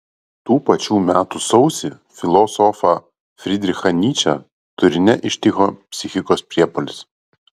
tų pačių metų sausį filosofą frydrichą nyčę turine ištiko psichikos priepuolis